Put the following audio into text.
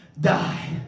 die